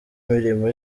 mirimo